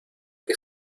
que